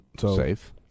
Safe